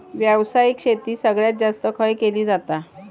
व्यावसायिक शेती सगळ्यात जास्त खय केली जाता?